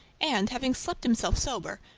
and having slept himself sober,